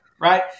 right